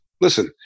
listen